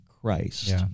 Christ